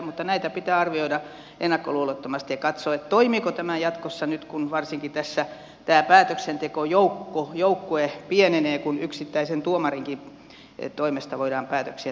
mutta näitä pitää arvioida ennakkoluulottomasti ja katsoa toimiiko tämä jatkossa nyt kun varsinkin tässä tämä päätöksentekojoukkue pienenee kun yksittäisen tuomarinkin toimesta voidaan päätöksiä tehdä